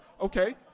Okay